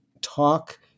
talk